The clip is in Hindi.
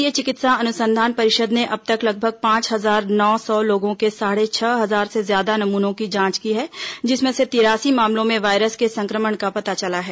भारतीय चिकित्सा अनुसंधान परिषद ने अब तक लगभग पांच हजार नौ सौ लोगों के साढ़े छह हजार से ज्घ्यादा नमूनों की जांच की है जिसमें से तिरासी मामलों में वायरस के संक्रमण का पता चला है